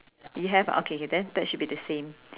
you have ah okay okay then that should be the same